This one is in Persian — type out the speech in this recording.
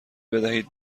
بدهید